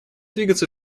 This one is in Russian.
двигаться